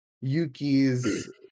Yuki's